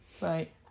Right